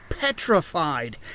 petrified